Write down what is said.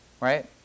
right